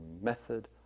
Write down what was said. method